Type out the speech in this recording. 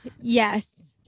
yes